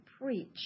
preach